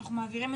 כזה